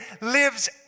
lives